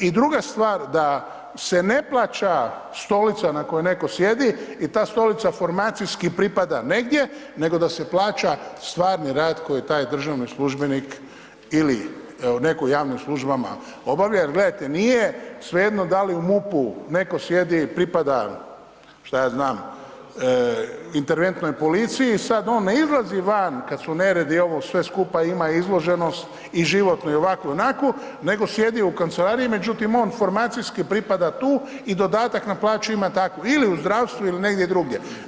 I druga stvar da se ne plaća stolica na kojoj neko sjedi i ta formacijski pripada negdje, nego da se plaća stvari rad koji taj državni službenik ili u nekim javnim službama obavlja jer gledajte da li u MUP-u netko sjedi pripada interventnoj policiji i sad on ne izlazi van kad su neredi i ovo sve skupa ima izloženost i životnu ovakvu i onakvu, nego sjedi u kancelariji, međutim on formacijski pripada tu i dodatak na plaću ima takvu ili u zdravstvu ili negdje drugdje.